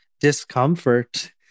discomfort